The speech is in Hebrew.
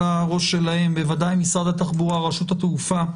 בוודאי משרד התחבורה, רשות התעופה,